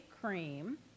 cream